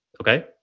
Okay